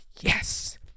Yes